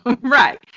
right